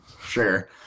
sure